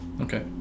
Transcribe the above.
Okay